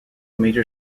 major